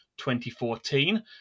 2014